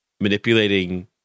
manipulating